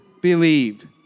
believed